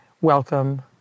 welcome